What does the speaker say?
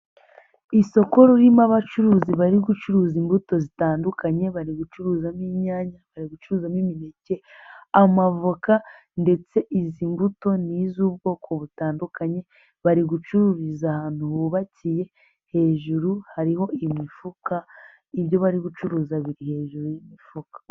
Isoko ririmo abacuruzi bari gucuruza imbuto zitandukanye, bari gucuruzamo inyanya, bari gucuruzamo imineke, amavoka ndetse izi mbuto ni iz'ubwoko butandukanye, bari gucururiza ahantu hubakiye, hejuru hariho imifuka, ibyo bari gucuruza biri hejuru y'imifuka.